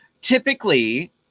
Typically